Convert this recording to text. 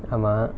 ஆமா:aamaa